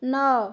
ନଅ